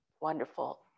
wonderful